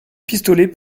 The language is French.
pistolet